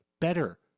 better